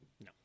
no